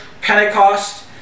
Pentecost